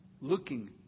Looking